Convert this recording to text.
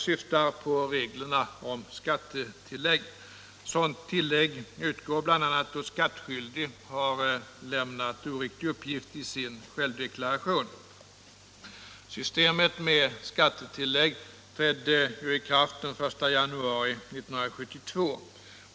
Systemet med skattetillägg trädde i kraft den 1 januari 1972.